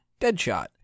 Deadshot